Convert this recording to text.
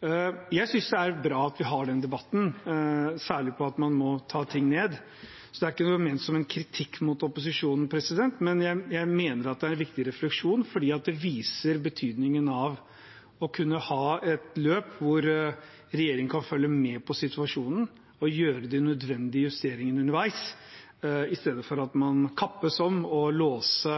Jeg synes det er bra at vi har denne debatten, særlig når det gjelder at man må ta ting ned, så det er ikke ment som noen kritikk mot opposisjonen, men jeg mener at det er en viktig refleksjon fordi det viser betydningen av å kunne ha et løp hvor regjeringen kan følge med på situasjonen og gjøre de nødvendige justeringene underveis, i stedet for at man kappes om å låse